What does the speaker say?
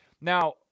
Now